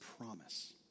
promise